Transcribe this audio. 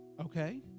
Okay